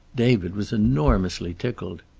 david was enormously tickled.